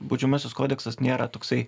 baudžiamasis kodeksas nėra toksai